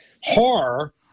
horror